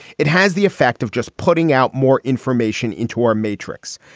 it has the effect of just putting out more information into our matrix.